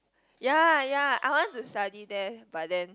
ya ya I want to study there but then